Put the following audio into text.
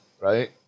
right